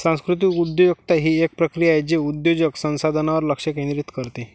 सांस्कृतिक उद्योजकता ही एक प्रक्रिया आहे जे उद्योजक संसाधनांवर लक्ष केंद्रित करते